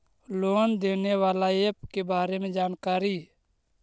Loan देने बाला app के बारे मे जानकारी?